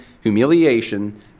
humiliation